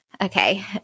Okay